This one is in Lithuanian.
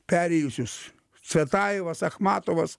perėjusius cvetajevas achmatovas